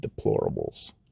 deplorables